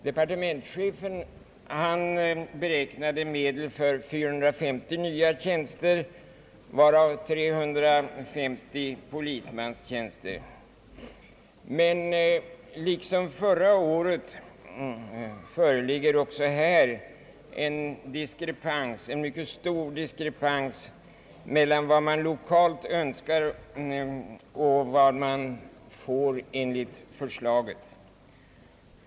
Departementschefen beräknade medel för 450 nya tjänster, varav 350 polismanstjänster, men liksom förra året föreligger också här en mycket stor diskrepans mellan vad man lokalt önskar och vad man får enligt förslaget.